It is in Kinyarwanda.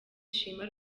shima